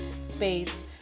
space